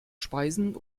speisen